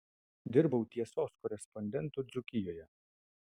dirbau tiesos korespondentu dzūkijoje